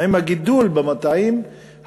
עם הגידול במטעים,